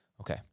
okay